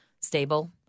stable